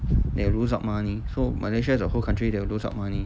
they lose out money so malaysia the whole country they will lose out money